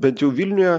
bent jau vilniuje